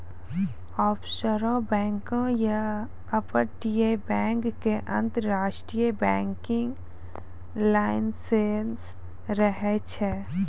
offshore bank या अपतटीय bank के अंतरराष्ट्रीय बैंकिंग लाइसेंस रहै छै